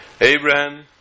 Abraham